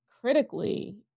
critically